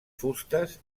fustes